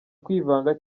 kwivanga